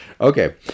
okay